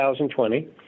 2020